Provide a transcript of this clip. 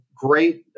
great